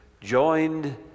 joined